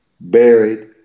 buried